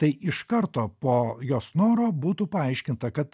tai iš karto po jos noro būtų paaiškinta kad